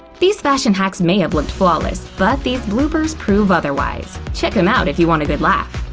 these fashion hacks may have looked flawless, but these bloopers prove otherwise. check em out if you want a good laugh!